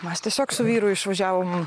mes tiesiog su vyru išvažiavom